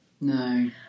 No